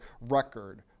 record